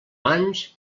mans